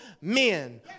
men